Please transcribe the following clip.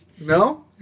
No